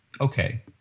okay